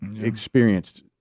experienced